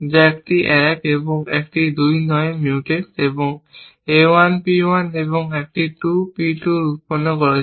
যা একটি 1 এবং একটি 2 নয় Mutex এবং a 1 P 1 এবং একটি 2 P 2 উৎপন্ন করছে